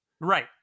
right